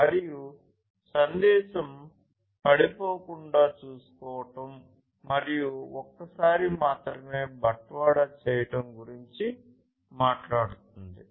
మరియు సందేశం పడిపోకుండా చేయడం గురించి మాట్లాడుతుంది